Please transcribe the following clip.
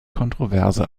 kontroverse